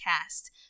cast